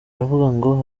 ngo